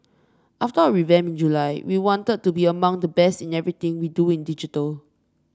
after our revamp in July we wanted to be among the best in everything we do in digital